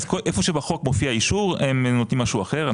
אז איפה שבחוק מופיע אישור הם נותנים משהו אחר,